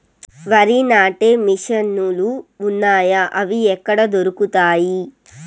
వరి నాటే మిషన్ ను లు వున్నాయా? అవి ఎక్కడ దొరుకుతాయి?